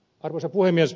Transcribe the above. arvoisa puhemies